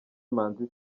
manzi